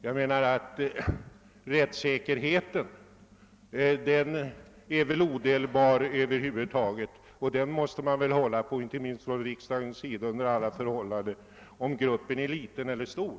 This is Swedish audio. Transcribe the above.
Jag menar att rättssäkerheten över huvud taget är odelbar, och det måste man väl under alla förhållanden hålla på inte minst från riksdagens sida vare sig gruppen är liten eller stor.